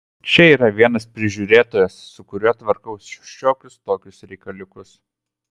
čia yra vienas prižiūrėtojas su kuriuo tvarkau šiokius tokius reikaliukus